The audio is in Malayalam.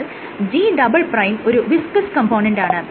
എന്നാൽ G" ഒരു വിസ്കസ് കംപോണൻറ് ആണ്